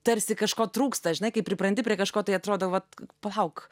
tarsi kažko trūksta žinai kai pripranti prie kažko tai atrodo vat palauk